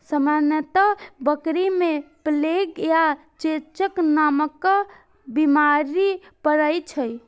सामान्यतः बकरी मे प्लेग आ चेचक नामक बीमारी पसरै छै